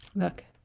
look